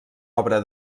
obra